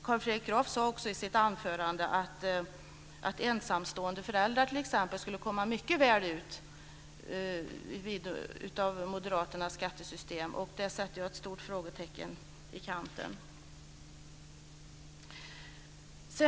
Carl Fredrik Graf sade också i sitt anförande att ensamstående föräldrar t.ex. skulle komma mycket väl ut med Moderaternas skattesystem. Det sätter jag ett stort frågetecken i kanten för.